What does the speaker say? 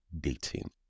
dating